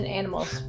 animals